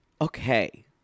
Okay